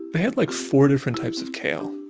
they had like four different types of kale.